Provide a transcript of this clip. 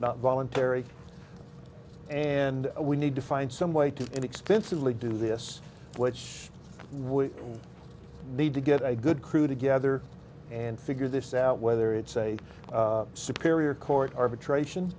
not voluntary and we need to find some way to extensively do this which we need to get a good crew together and figure this out whether it's a superior court arbitration